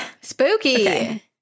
Spooky